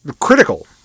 Critical